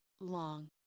long